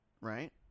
right